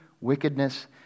wickedness